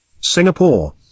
Singapore